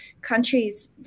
countries